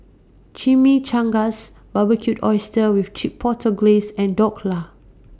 Chimichangas Barbecued Oysters with Chipotle Glaze and Dhokla